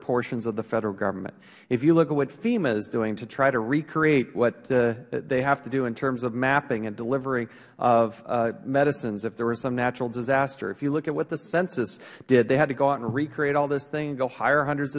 portions of the federal government if you look at what fema is doing to try to recreate what they have to do in terms of mapping and delivery of medicines if there were some natural disaster if you look at what the census did they had to go out and recreate all this thing and go hire hundreds